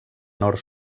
nord